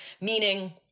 meaning